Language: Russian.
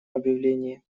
объявлении